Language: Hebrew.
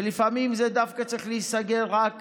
ולפעמים זה צריך להיסגר דווקא רק